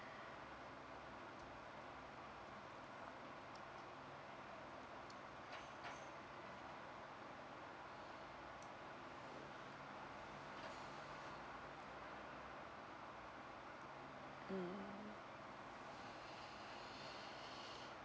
mm